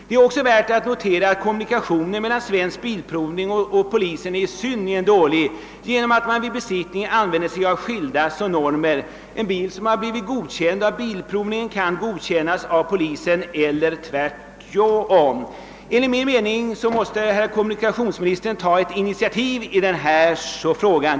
Det är också värt att notera att kommunikationerna mellan Svensk bilprovning och polisen är synnerligen dåliga; man använder vid besiktningen skilda normer. En bil som inte blir godkänd av bilprovningen kan godkännas av polisen eller tvärtom. Enligt min mening måste kommunikationsministern ta ett initiativ i den här frågan.